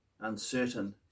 uncertain